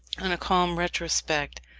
on a calm retrospect,